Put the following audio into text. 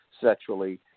sexually